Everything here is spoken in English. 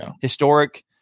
historic